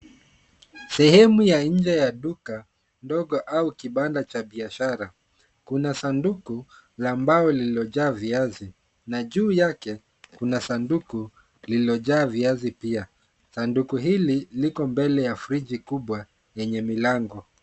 Sehemu ya nje ya duka ndogo au kibanda cha biashara. Kuna sanduku la mbao lililojaa viazi na juu yake kuna sanduku lililojaa viazi pia. Sanduku hili liko mbele ya friji kubwa yenye milango.